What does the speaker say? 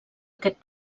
aquest